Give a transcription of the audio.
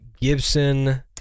Gibson